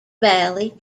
valley